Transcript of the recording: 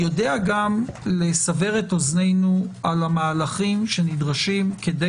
יודע לסבר את אוזנינו על המהלכים שנדרשים כדי